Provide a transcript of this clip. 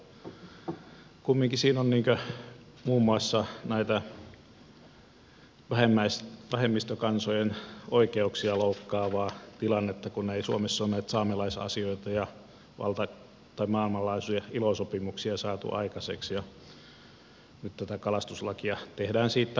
kumminkin siinä on muun muassa näitä vähemmistökansojen oikeuksia loukkaavaa tilannetta kun ei suomessa ole näitä saamelaisasioita ja maailmanlaajuisia ilo sopimuksia saatu aikaiseksi ja nyt tätä kalastuslakia tehdään siitä huolimatta